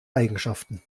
eigenschaften